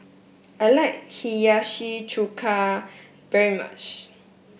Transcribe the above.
I like Hiyashi Chuka very much